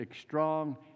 strong